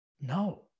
no